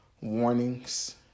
warnings